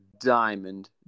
diamond